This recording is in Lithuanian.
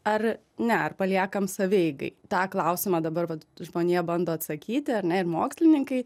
ar ne ar paliekam savieigai tą klausimą dabar vat žmonija bando atsakyti ar ne ir mokslininkai